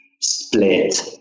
split